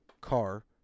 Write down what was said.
car